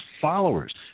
followers